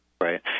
Right